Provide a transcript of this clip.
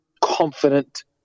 confident